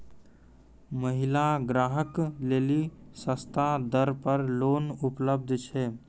महिला ग्राहक लेली सस्ता दर पर लोन उपलब्ध छै?